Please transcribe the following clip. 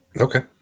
Okay